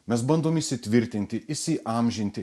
mes bandom įsitvirtinti įsiamžinti